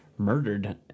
Murdered